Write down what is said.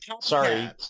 Sorry